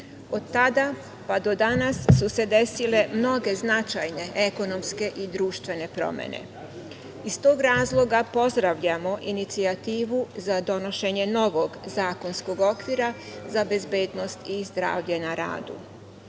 Od tada pa do danas su se desile mnoge značajne ekonomske i društvene promene. Iz tog razloga pozdravljamo inicijativu za donošenje novog zakonskog okvira za bezbednost i zdravlje na